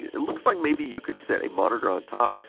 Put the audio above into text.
it looks like maybe you could set a monitor on top,